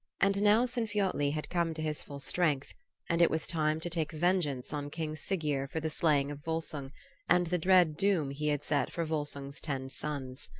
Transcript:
and now sinfiotli had come to his full strength and it was time to take vengeance on king siggeir for the slaying of volsung and the dread doom he had set for volsung's ten sons.